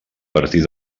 partir